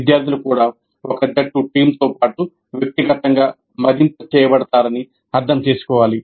విద్యార్థులు కూడా ఒక జట్టుతో పాటు వ్యక్తిగతంగా మదింపు చేయబడతారని అర్థం చేసుకోవాలి